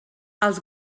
els